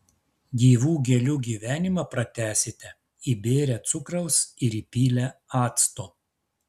gyvų gėlių gyvenimą pratęsite įbėrę cukraus ir įpylę acto